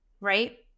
right